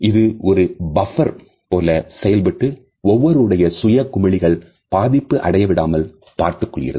இது ஒரு பக்பர் போல செயல்பட்டு ஒவ்வொருவருடைய சுய குமிழிகள் பாதிப்பு அடையவிடாமல் பார்த்துக் கொள்கிறது